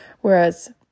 whereas